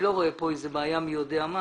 אני לא רואה כאן איזו בעיה מי יודע מה.